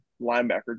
linebacker